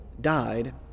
died